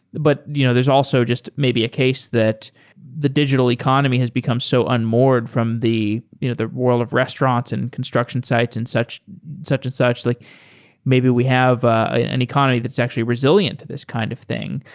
but you know there's also just maybe a case that the digital economy has become so unmoored from the you know the world of restaurants and construction sites and such such and such. like maybe we have ah an economy that's actually resilient to this kind of thing.